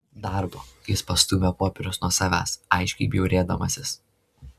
darbo jis pastūmė popierius nuo savęs aiškiai bjaurėdamasis